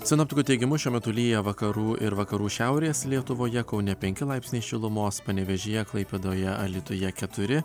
sinoptikų teigimu šiuo metu lyja vakarų ir vakarų šiaurės lietuvoje kaune penki laipsniai šilumos panevėžyje klaipėdoje alytuje keturi